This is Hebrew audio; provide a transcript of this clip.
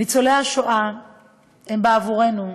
ניצולי השואה הם בעבורנו,